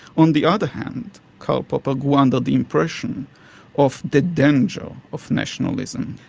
on the other hand karl popper grew under the impression of the danger of nationalism,